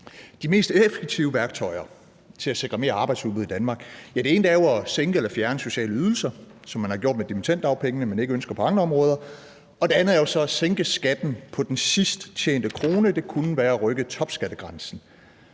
De mest effektive værktøjer til at sikre mere arbejdsudbud i Danmark er jo som det ene at sænke eller fjerne sociale ydelser, som man har gjort det med dimittenddagpengene, men ikke ønsker at gøre på andre områder, og som det andet at sænke skatten på den sidst tjente krone – det kunne være at rykke topskattegrænsen.